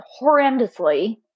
horrendously